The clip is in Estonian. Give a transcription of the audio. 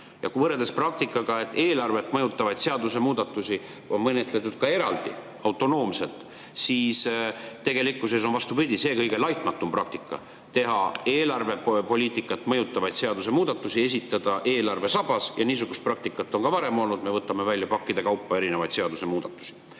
Kui võrrelda praktikaga, et eelarvet mõjutavaid seadusemuudatusi on menetletud ka eraldi, autonoomselt, on tegelikkuses, vastupidi, kõige laitmatum praktika esitada ja teha eelarvepoliitikat mõjutavaid seadusemuudatusi eelarve sabas. Ja niisugust praktikat on ka varem olnud, et me võtame välja pakkide kaupa erinevaid seadusemuudatusi. Nüüd